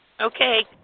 Okay